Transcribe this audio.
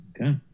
okay